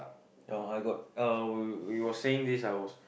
oh I got uh we were saying this I was